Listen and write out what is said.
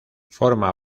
forma